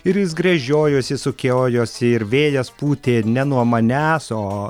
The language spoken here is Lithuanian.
ir jis gręžiojosi sukiojosi ir vėjas pūtė ne nuo manęs o